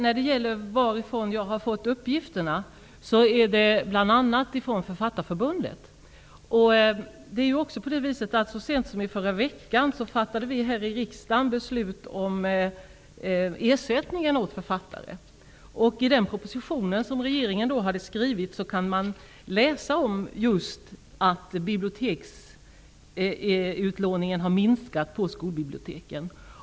Herr talman! Uppgifterna har jag fått bl.a. från Författarförbundet. Så sent som i förra veckan fattade vi ju här i riksdagen också beslut om ersättningen åt författare. I den proposition som regeringen hade skrivit kan man läsa om just att utlåningen har minskat på skolbiblioteken.